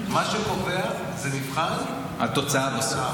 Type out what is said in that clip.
מה שקובע הוא מבחן התוצאה.